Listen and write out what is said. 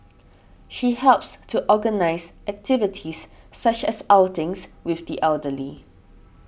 she helps to organise activities such as outings with the elderly